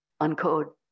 uncode